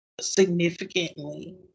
significantly